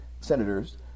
senators